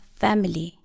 family